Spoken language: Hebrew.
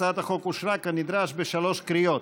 הצעת החוק אושרה כנדרש בשלוש קריאות.